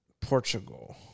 Portugal